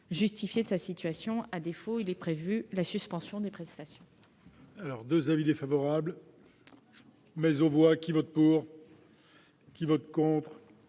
justifier de sa situation ; à défaut, il est prévu la suspension des prestations.